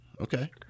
Okay